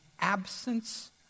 absence